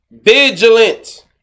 Vigilant